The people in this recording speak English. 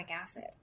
acid